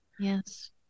Yes